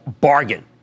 bargain